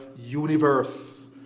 universe